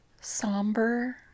Somber